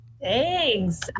Thanks